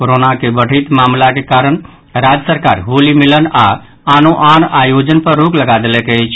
corona के बढ़ैत मामिलाक कारण राज्य सरकार होली मिलन आओर आनो आन आयोजन पर रोक लगा देलक अछि